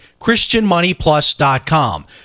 christianmoneyplus.com